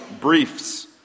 briefs